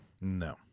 No